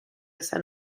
esa